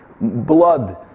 blood